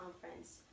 conference